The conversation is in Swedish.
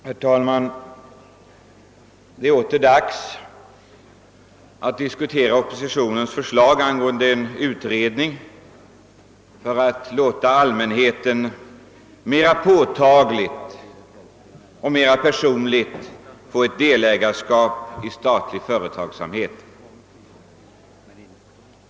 Herr talman! Det är nu åter dags att diskutera oppositionens förslag om en utredning angående möjligheterna att låta allmänheten mer påtagligt och mer personligt bli delägare i statlig företagsamhet.